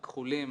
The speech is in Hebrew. הכחולים,